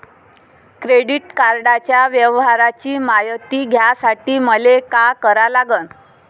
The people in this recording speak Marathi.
क्रेडिट कार्डाच्या व्यवहाराची मायती घ्यासाठी मले का करा लागन?